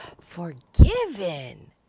forgiven